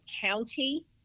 County